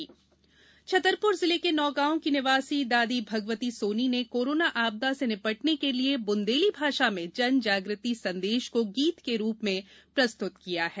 जन आंदोलन छतरपुर जिले के नौगांव की निवासी दादी भगवती सोनी ने कोरोना आपदा से निपटने के लिए बुंदेली भाषा में जन जागृति संदेश को गीत के रूप में प्रस्तुत किया है